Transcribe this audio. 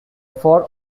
four